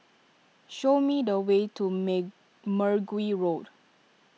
show me the way to Mergui Road